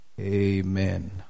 amen